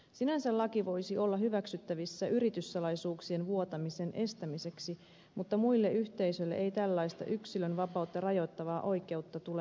sinänsä laki voisi olla hyväksyttävissä yrityssalaisuuksien vuotamisen estämiseksi mutta muille yhteisöille ei tällaista yksilönvapautta rajoittavaa oikeutta tule antaa